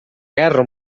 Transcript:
guerra